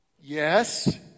Yes